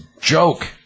joke